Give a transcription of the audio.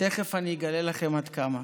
ותכף אני אגלה לכם עד כמה.